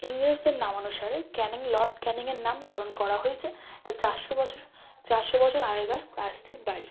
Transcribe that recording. ইংরেজদের নামানুসারে Canning lord ক্যানিংয়ের নামকরণ করা হয়েছে এটা চারশো বছর চারশো বছর আগে প্রায়শ্চিত বাড়ি